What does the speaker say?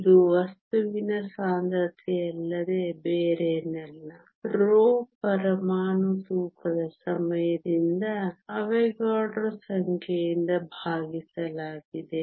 ಇದು ವಸ್ತುವಿನ ಸಾಂದ್ರತೆಯಲ್ಲದೆ ಬೇರೇನಲ್ಲ ρ ಪರಮಾಣು ತೂಕದ ಸಮಯದಿಂದ ಅವೊಗಡ್ರೊ ಸಂಖ್ಯೆಯಿಂದ ಭಾಗಿಸಲಾಗಿದೆ